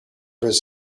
was